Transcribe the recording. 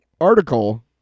article